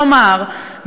כלומר,